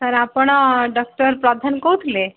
sir ଆପଣ doctor Pradhan କହୁଥିଲେ